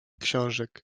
książek